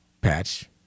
patch